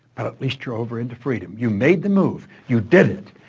but at least you're over into freedom. you made the move you did it,